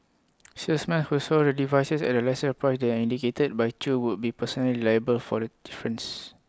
salesmen who sold the devices at A lesser price than indicated by chew would be personally liable for the difference